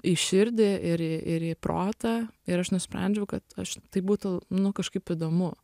į širdį ir į ir į protą ir aš nusprendžiau kad aš tai būtų nu kažkaip įdomu